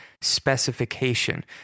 specification